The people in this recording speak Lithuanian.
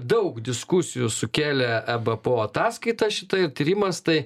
daug diskusijų sukėlė e b p o ataskaita šitai tyrimas tai